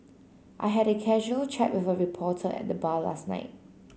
I had a casual chat with a reporter at the bar last night